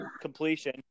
completion